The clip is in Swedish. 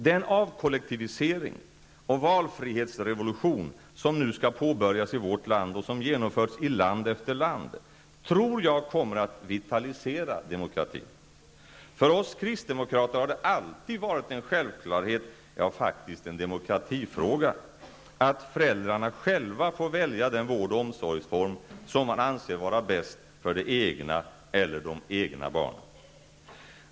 Den avkollektivisering och valfrihetsrevolution som nu skall påbörjas i vårt land och som genomförts i land efter land tror jag kommer att vitalisera demokratin. För oss kristdemokrater har det alltid varit en självklarhet -- ja, faktiskt en demokratifråga -- att föräldrarna själva får välja den vård och omsorgsform som man anser vara bäst för det egna eller de egna barnen.